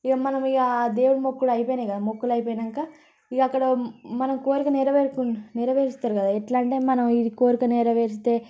ఇక మనం ఇక దేవుని మొక్కులు అయిపోయాయి కదా మొక్కులు అయిపోయాక ఇక అక్కడ మన కోరిక నెరవేరుతుంది నెరవేరుస్తారు కదా ఎట్లా అంటే మనం ఈ కోరిక నెరవేరిస్తే